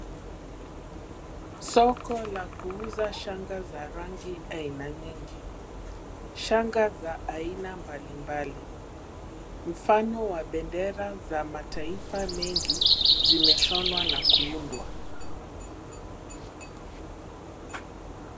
Soko la kuuza shanga za rangi aina nyingi. Shanga za aina mbali mbali, mfano wa bendera za mataifa mengi, zimeshonwa na kuundwa.